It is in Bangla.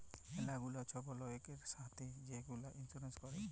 ম্যালা গুলা ছব লয়কের ছাথে যে গুলা ইলসুরেল্স ক্যরে